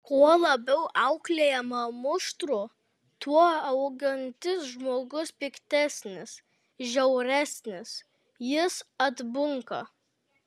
kuo labiau auklėjama muštru tuo augantis žmogus piktesnis žiauresnis jis atbunka